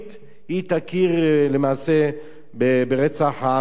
היא תכיר למעשה ברצח העם הארמני.